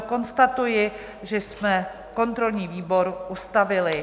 Konstatuji, že jsme kontrolní výbor ustavili.